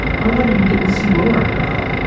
i wonder you didn't see loren about.